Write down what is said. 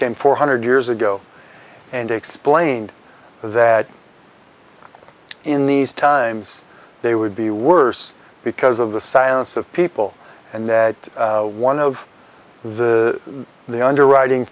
came four hundred years ago and explained that in these times they would be worse because of the silence of people and that one of the the underwriting